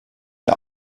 der